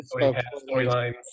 storylines